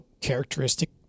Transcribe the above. characteristic